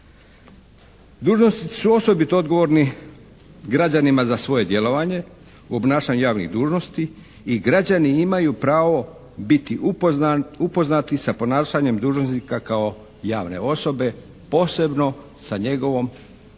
Dužnosnici su osobito odgovorni građanima za svoje djelovanje u obnašanju javnih dužnosti i građani imaju pravo biti upoznati sa ponašanjem dužnosnika kao javne osobe posebno sa njegovom